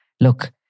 look